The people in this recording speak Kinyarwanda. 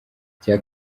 icya